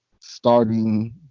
starting